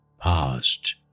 passed